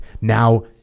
Now